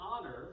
honor